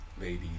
ladies